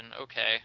Okay